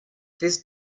this